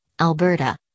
Alberta